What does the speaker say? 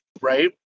right